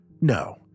No